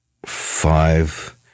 five